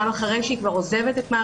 לאחר מכן נפנה להנהלת בתי המשפט ואז